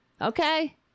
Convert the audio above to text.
Okay